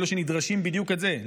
אלה שנדרשים בדיוק לזה,